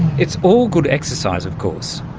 it's all good exercise, of course,